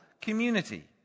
community